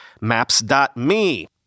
Maps.me